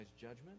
judgment